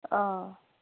অঁ